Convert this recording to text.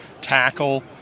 tackle